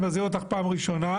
אני מזהיר אותך פעם ראשונה,